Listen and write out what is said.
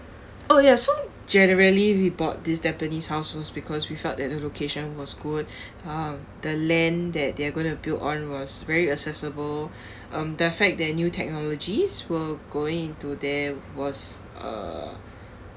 oh ya so generally we bought this tampines house was because we felt that the location was good um the land that they're going to build on was very accessible um the fact that new technologies were going into there was uh